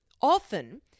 often